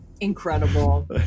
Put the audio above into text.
incredible